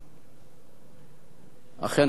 אכן כן, רבותי, 11 בעד, אין מתנגדים.